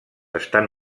estan